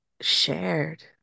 shared